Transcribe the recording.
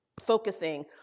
focusing